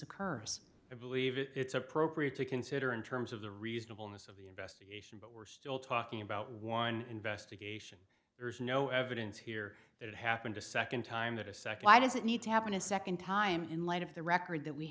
occurs and believe it's appropriate to consider in terms of the reasonableness of the investigation but we're still talking about one investigation there's no evidence here that it happened a second time that a second why does it need to happen a second time in light of the record that we